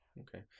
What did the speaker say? Okay